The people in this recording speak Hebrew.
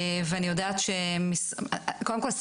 קודם כל,